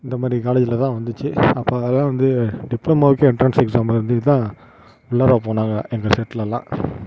இந்தமாதிரி காலேஜில்தான் வந்துச்சு அப்போது அதெலாம் வந்து டிப்ளமோவுக்கே என்ட்ரென்ஸ் எக்ஸாம் இருந்ததுதான் உள்ளார போனாங்க எங்கள் செட்லெலாம்